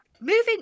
Moving